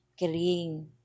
kering